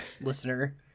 listener